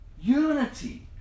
unity